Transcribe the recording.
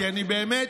כי אני באמת